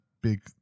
big